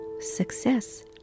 success